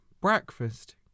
breakfast